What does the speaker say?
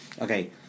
Okay